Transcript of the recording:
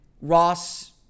Ross